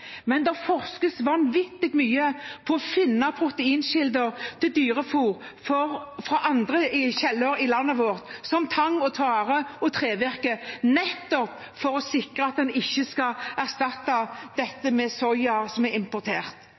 men det forskes vanvittig mye for å finne proteinkilder til dyrefôr fra andre kilder i landet vårt, som tang, tare og trevirke, nettopp for å sikre at en ikke skal erstatte dette med soya som er importert.